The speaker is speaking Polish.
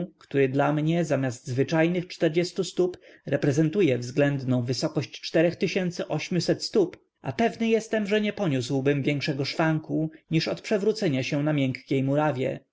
który dla mnie zamiast zwyczajnych czterdziestu stóp reprezentuje względną wysokość czterech tysięcy ośmset stóp a pewny jestem że nie poniósłbym większego szwanku niż od przewrócenia się na miękkiej murawie